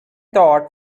thought